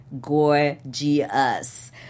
Gorgeous